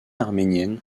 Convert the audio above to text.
arménienne